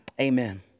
Amen